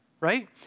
right